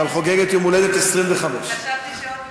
אבל חוגגת יום הולדת 25. חשבתי שעוד מישהו.